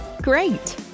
Great